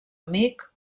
amic